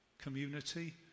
community